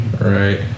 Right